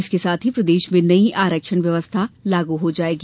इसके साथ ही प्रदेश में नई आरक्षण व्यवस्था लागू हो जायेगी